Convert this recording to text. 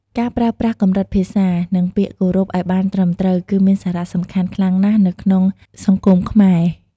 ការប្រើប្រាស់កម្រិតភាសា និងពាក្យគោរពឲ្យបានត្រឹមត្រូវ គឺមានសារៈសំខាន់ខ្លាំងណាស់នៅក្នុងសង្គមខ្មែរ។